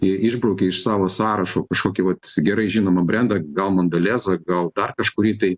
jie išbraukė iš savo sąrašo kažkokį vat gerai žinomą brendą gal mandalezą gal dar kažkurį tai